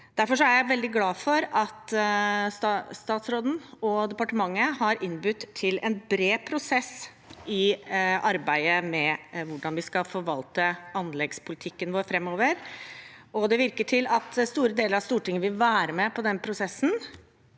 Derfor er jeg veldig glad for at statsråden og departementet har innbudt til en bred prosess i arbeidet med hvordan vi skal forvalte anleggspolitikken vår framover, og det virker som om store deler av Stortinget vil være med på den prosessen.